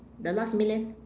the last million